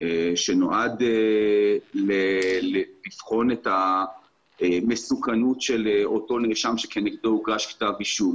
שנועד לבחון את המסוכנות של אותו נאשם שכנגדו הוגש כתב אישום.